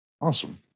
Awesome